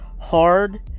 hard